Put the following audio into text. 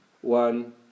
One